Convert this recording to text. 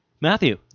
Matthew